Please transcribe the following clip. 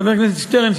חבר הכנסת שטרן,